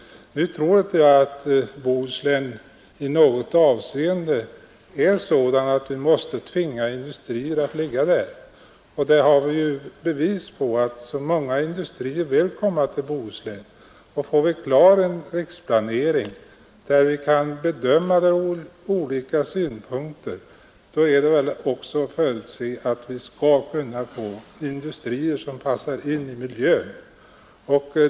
dis förd knös on Nu tror jag emellertid inte att Bohuslän i något avseende är så Den fysiska riksplabeskaffat, att vi måste tvinga industrier att lokalisera sig dit. Vi har fått — neringen m.m. bevis för att många industrier vill komma till Bohuslän. Och om vi får en riksplanering med vars hjälp vi kan bedöma olika synpunkter, så tror jag vi kan förutsätta att också få industrier som passar in i miljön där.